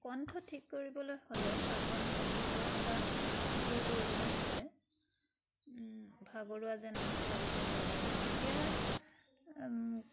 কণ্ঠ ঠিক কৰিবলৈ হ'লে বা কণ্ঠৰ কৰ্কশতা দূৰ কৰিবলৈ হ'লে ভাগৰুৱা যেন লাগিছে ধৰক আপোনাৰ তেতিয়া